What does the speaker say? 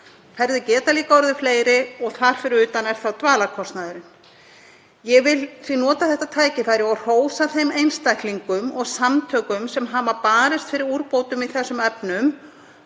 Ferðir geta líka orðið fleiri og þar fyrir utan er það dvalarkostnaðurinn. Ég vil nota þetta tækifæri og hrósa þeim einstaklingum og samtökum sem hafa barist fyrir úrbótum í þessum efnum